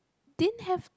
didn't have